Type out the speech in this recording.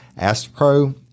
AstroPro